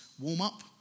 warm-up